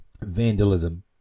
vandalism